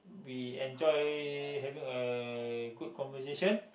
we enjoy having a good conversation